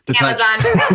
Amazon